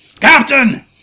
Captain